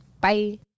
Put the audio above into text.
Bye